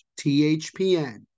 THPN